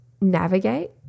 navigate